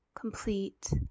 complete